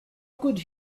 could